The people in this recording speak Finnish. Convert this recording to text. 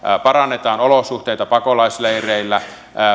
parannetaan olosuhteita pakolaisleireillä